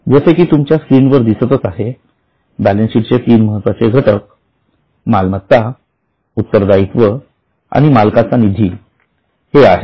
जसे की तुमच्या स्क्रीनवर दिसतच आहे बॅलन्सशिटचे तीन महत्त्वाचे घटक मालमत्ता उत्तर दायित्व आणि मालकांचा निधी हे आहेत